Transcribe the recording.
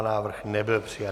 Návrh nebyl přijat.